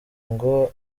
ngo